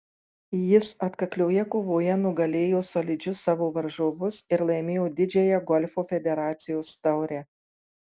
jis atkaklioje kovoje nugalėjo solidžius savo varžovus ir laimėjo didžiąją golfo federacijos taurę